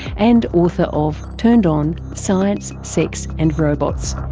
and author of turned on science, sex and robots.